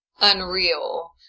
unreal